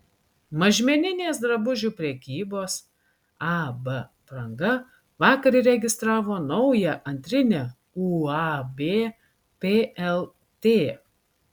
mažmeninės drabužių prekybos ab apranga vakar įregistravo naują antrinę uab plt